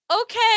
okay